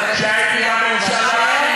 אתה היית בממשלה.